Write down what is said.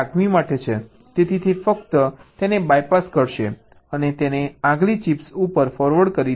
તેથી તે ફક્ત તેને BYPASS કરશે અથવા તેને આગલી ચિપ ઉપર ફોરવર્ડ કરશે